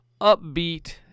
upbeat